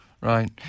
Right